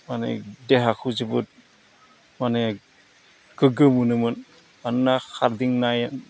माने देहाखौ जोबोद माने गोग्गो मोनोमोन मानोना खारदिंनानै